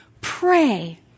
pray